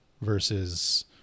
versus